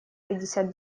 пятьдесят